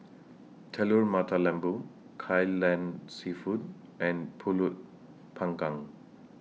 Telur Mata Lembu Kai Lan Seafood and Pulut Panggang